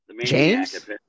James